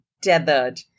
tethered